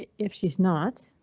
if she's not,